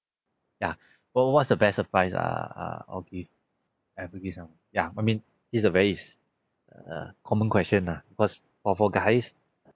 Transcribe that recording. ya what what's the best surprise ah uh or gift ever give someone ya I mean is a very is a common question lah cuz for for guys